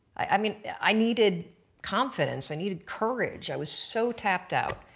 i mean yeah i needed confidence, i needed courage i was so tapped out.